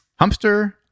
Humpster